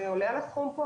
זה עולה על הסכום פה.